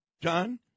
John